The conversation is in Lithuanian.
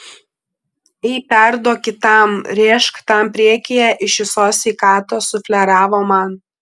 ei perduok kitam rėžk tam priekyje iš visos sveikatos sufleravo man